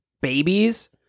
babies